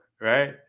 right